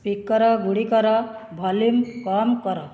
ସ୍ପିକରଗୁଡ଼ିକର volume କମ୍ କର